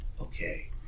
Okay